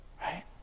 right